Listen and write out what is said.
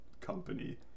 company